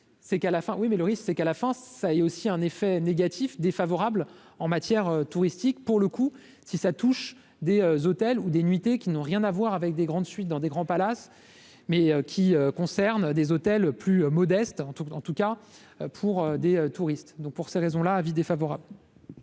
oui, mais le risque c'est qu'à la fin ça aussi un effet négatif défavorables en matière touristique pour le coup, si ça touche des hôtels ou des nuitées qui n'ont rien à voir avec des grandes fuites dans des grands palaces, mais qui concerne des hôtels plus modestes en tout en tout cas pour des touristes donc pour ces raisons-là avis défavorable.